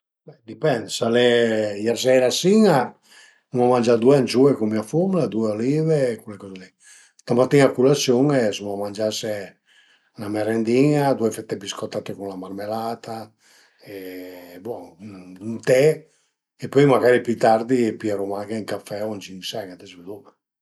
A dipend, s'al e ier seira a sin-a, l'uma mangià due anciu cun mia fumna, due olive e cule coze li, stamatin a culasiun suma mangese 'na merendin-a, due fette biscottate cun la marmelata e bon, ën te e pöi magari pi tardi pìeruma anche ën café o ün ginseng, ades veduma